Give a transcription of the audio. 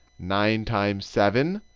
nine times seven,